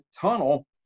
tunnel